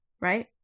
Right